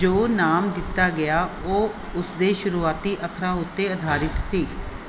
ਜੋ ਨਾਮ ਦਿੱਤਾ ਗਿਆ ਉਹ ਉਸਦੇ ਸ਼ੁਰੂਆਤੀ ਅੱਖਰਾਂ ਉੱਤੇ ਅਧਾਰਿਤ ਸੀ